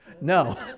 No